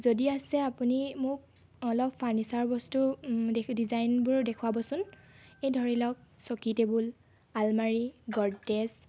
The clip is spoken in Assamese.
যদি আছে আপুনি মোক অলপ ফাৰ্ণিচাৰৰ বস্তু ডিজাইনবোৰ দেখুৱাবচোন এই ধৰি লওক চকী টেবুল আলমাৰি গড্ৰেজ